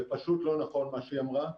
זה פשוט לא נכון מה שהיא אמרה,